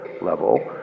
level